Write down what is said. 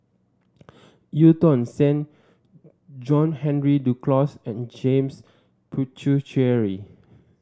Eu Tong Sen John Henry Duclos and James Puthucheary